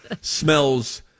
smells